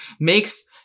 makes